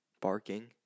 barking